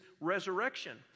resurrection